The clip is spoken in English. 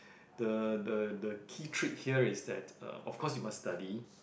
the the the key trick here is that uh of course you must study